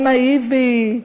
הנאיבי,